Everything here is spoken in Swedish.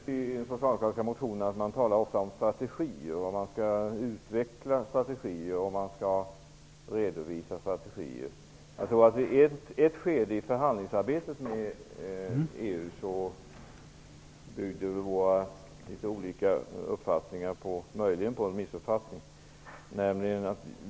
Herr talman! Jo, jag har sett att man i socialdemokratiska motioner ofta talar om strategier. Strategier skall utvecklas, och strategier skall redovisas. I ett skede av förhandlingsarbetet när det gäller EU byggde våra litet olika uppfattningar möjligen på en missuppfattning.